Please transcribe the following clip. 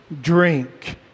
drink